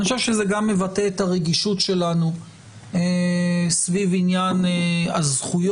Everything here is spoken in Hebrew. אני חושב שזה גם מבטא את הרגישות שלנו סביב עניין הזכויות